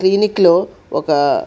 క్లినిక్లో ఒక